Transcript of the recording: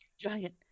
giant